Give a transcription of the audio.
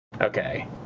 okay